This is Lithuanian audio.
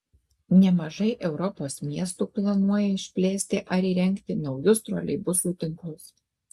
nemažai europos miestų planuoja išplėsti ar įrengti naujus troleibusų tinklus